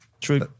True